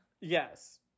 Yes